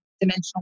dimensional